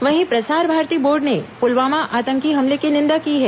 वहीं प्रसार भारती बोर्ड ने पुलवामा आतंकी हमले की निंदा की है